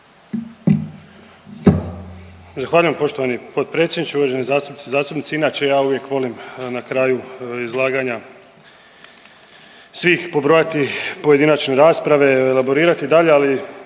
Zahvaljujem poštovani potpredsjedniče, uvaženi zastupnice i zastupnici inače ja uvijek volim na kraju izlaganja svih pobrojati pojedinačne rasprave, elaborirati dalje ali